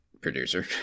producer